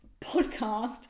podcast